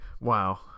Wow